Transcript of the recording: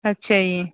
ਅੱਛਾ ਜੀ